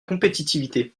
compétitivité